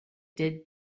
did